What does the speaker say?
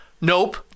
Nope